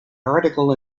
article